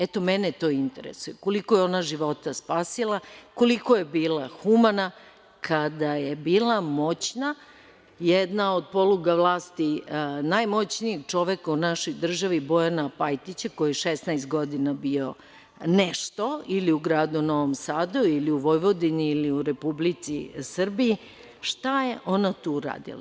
Eto, mene to interesuje, koliko je ona života spasila, koliko je bila humana kada je bila moćna, jedna od poluga vlasti najmoćnijeg čoveka u našoj državi Bojana Pajtića koji je 16 god bio nešto ili u gradu Novom Sadu ili u Vojvodini ili u Republici Srbiji, šta je ona tu uradila?